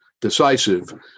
decisive